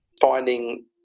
finding